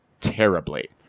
terribly